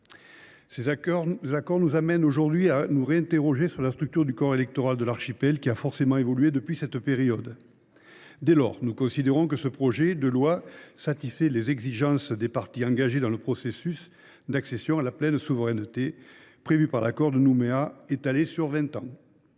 Nous sommes amenés aujourd’hui à nous réinterroger sur la structure du corps électoral de l’archipel, qui a forcément évolué depuis cette période. Dès lors, nous considérons que ce projet de loi organique satisfait les exigences des parties engagées dans le processus d’accession à la pleine souveraineté prévu par l’accord de Nouméa et étalé sur vingt ans.